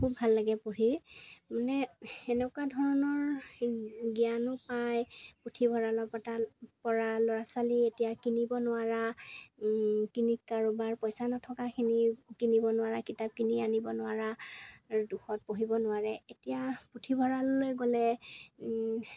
খুব ভাল লাগে পঢ়ি মানে এনেকুৱা ধৰণৰ জ্ঞানো পায় পুথিভঁৰালৰ পতা পৰা ল'ৰা ছোৱালী এতিয়া কিনিব নোৱাৰা কিনি কাৰোবাৰ পইচা নথকাখিনি কিনিব নোৱাৰা কিতাপ কিনি আনিব নোৱাৰা দুখত পঢ়িব নোৱাৰে এতিয়া পুথিভঁৰাললৈ গ'লে